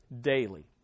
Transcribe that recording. daily